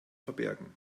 verbergen